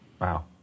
Wow